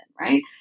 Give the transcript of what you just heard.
right